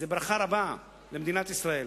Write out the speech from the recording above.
זו ברכה רבה למדינת ישראל.